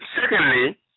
secondly